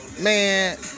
Man